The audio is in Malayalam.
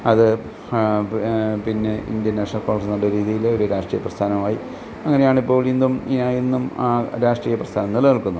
അത് പിന്നെ ഇന്ത്യൻ നാഷണൽ കോൺഗ്രസ്സെന്ന രീതിയിൽ ഒരു രാഷ്ട്രീയ പ്രസ്ഥാനമായി അങ്ങനെയാണ് ഇപ്പോൾ ഇന്നും എന്നും ആ രാഷ്ട്രീയ പ്രസ്ഥാനം നിലനിൽക്കുന്നത്